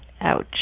Ouch